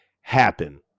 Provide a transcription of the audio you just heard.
happen